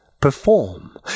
perform